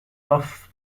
off